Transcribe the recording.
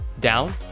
down